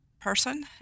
person